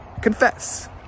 Confess